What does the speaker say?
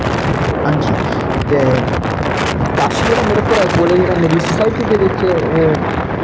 हां जी ते कश जेह्ड़ा मेरे घरै कोल ऐ मेरी सोसाईटी दे बिच्च ओह्